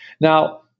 Now